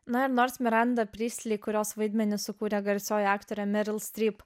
nors miranda pristli kurios vaidmenį sukūrė garsioji aktorė